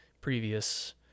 previous